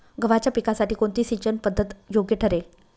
गव्हाच्या पिकासाठी कोणती सिंचन पद्धत योग्य ठरेल?